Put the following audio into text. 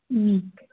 ꯎꯝ